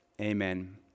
Amen